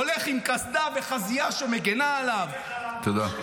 הולך עם קסדה וחזייה שמגינה עליו --- תודה.